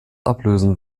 ablösen